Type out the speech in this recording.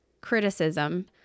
criticism